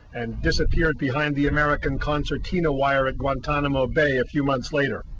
and disappeared behind the american concertina wire at guantanamo bay a few months later.